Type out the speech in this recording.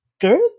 Good